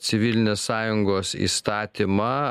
civilinės sąjungos įstatymą